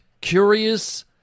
curious